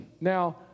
Now